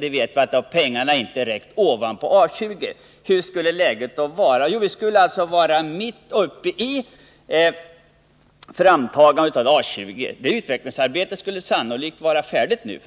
Nu vet vi att pengarna inte skulle ha räckt till detta ovanpå en satsning på A 20, och vi skulle alltså i dag ha varit mitt uppe i framtagandet av A 20, ett utvecklingsarbete som sannolikt hade